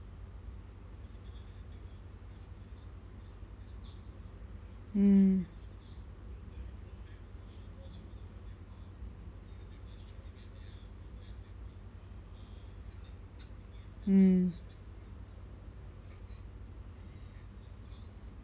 mm mm